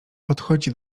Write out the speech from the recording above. podchodzi